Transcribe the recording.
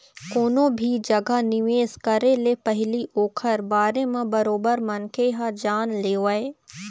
कोनो भी जघा निवेश करे ले पहिली ओखर बारे म बरोबर मनखे ह जान लेवय